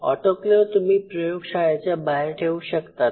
autoclave तुम्ही प्रयोगशाळेच्या बाहेर ठेवू शकतात